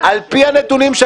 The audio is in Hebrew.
על פי הנתונים שלפנינו,